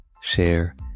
share